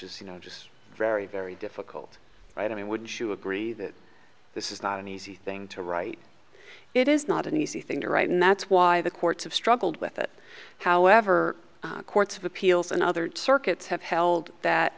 is you know just very very difficult right i mean wouldn't you agree that this is not an easy thing to write it is not an easy thing to write and that's why the courts have struggled with it however courts of appeals and other circuits have held that